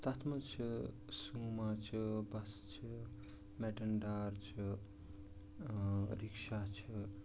تَتھ منٛز چھِ سوما چھُ بَس چھِ میٹَن ڈار چھِ رِکشا چھِ